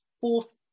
fourth